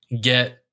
get